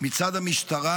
מצד המשטרה.